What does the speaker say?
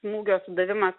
smūgio sudavimas